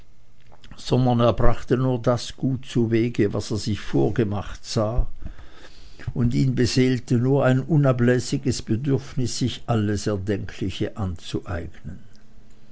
sondern er brachte nur das gut zuwege was er sich vorgemacht sah und ihn beseelte nur ein unablässiges bedürfnis sich alles erdenkliche anzueignen